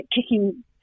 kicking